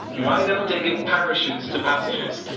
why don't they give parachutes to passengers?